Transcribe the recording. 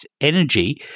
energy